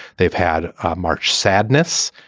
they've had a march sadness,